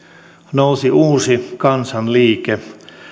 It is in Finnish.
nousi uusi kansanliike